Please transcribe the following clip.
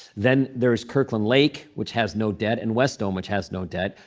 then there is kirkland lake, which has no debt, and wesdome, which has no debt.